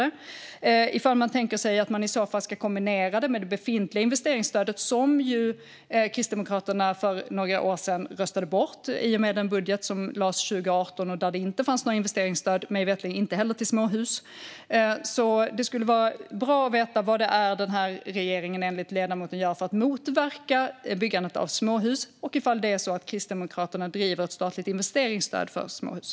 Tänker man sig i så fall att kombinera det med det befintliga investeringsstödet, som ju Kristdemokraterna för några år sedan röstade bort i och med budgeten 2018 och där det, mig veterligen, inte fanns investeringsstöd till småhus? Det skulle vara bra att veta vad denna regering enligt ledamoten gör för att motverka byggandet av småhus. Driver Kristdemokraterna frågan om ett statligt investeringsstöd för småhus?